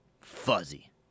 Fuzzy